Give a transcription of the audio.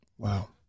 Wow